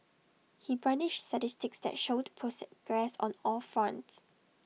he brandished statistics that showed progress on all fronts